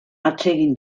atsegin